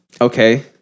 Okay